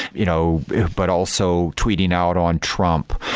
you know but also tweeting out on trump.